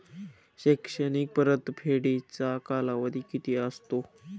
शैक्षणिक परतफेडीचा कालावधी किती असतो?